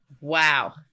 Wow